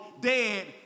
dead